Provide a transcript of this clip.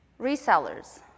Resellers